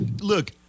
look